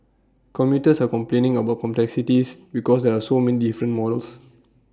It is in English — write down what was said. commuters are complaining about complexities because there are so many different models